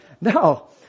No